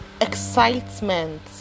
excitement